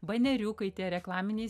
baneriukai tie reklaminiai